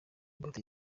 mbuto